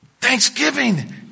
Thanksgiving